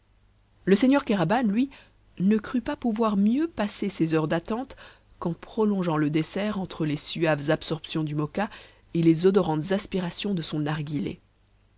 le seigneur kéraban lui ne crut pas pouvoir mieux passer ces heures d'attente qu'en prolongeant le dessert entre les suaves absorptions du moka et les odorantes aspirations de son narghilé